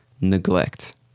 Neglect